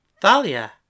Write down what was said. Thalia